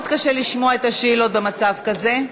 מאוד קשה לשמוע את השאלות במצב כזה.